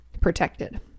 protected